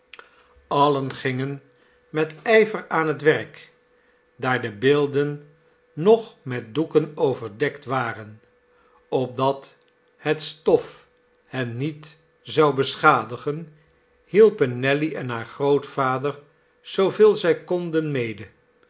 allen gingen met ijver aan het werk daar de beelden nog met doeken overdekt waren opdat het stof hen niet zou beschadigen hielpen nelly en haar grootvader zooveel zij konden mede